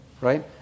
right